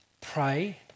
pray